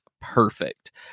perfect